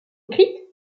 clip